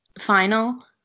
final